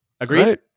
Agreed